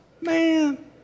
Man